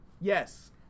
Yes